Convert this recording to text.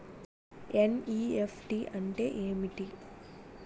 NEFT అంటే ఏమిటి?